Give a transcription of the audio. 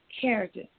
character